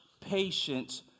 patience